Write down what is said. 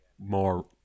more